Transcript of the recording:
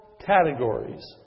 categories